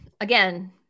Again